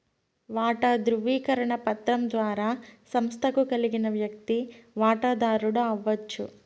వాటా దృవీకరణ పత్రం ద్వారా సంస్తకు కలిగిన వ్యక్తి వాటదారుడు అవచ్చు